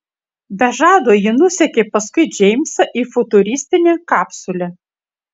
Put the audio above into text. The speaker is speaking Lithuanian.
be žado ji nusekė paskui džeimsą į futuristinę kapsulę